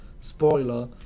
Spoiler